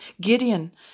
Gideon